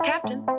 Captain